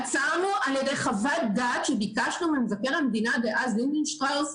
עצרנו על ידי חוות דעת שביקשנו ממבקר המדינה דאז לינדנשטראוס,